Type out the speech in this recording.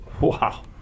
Wow